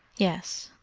yes,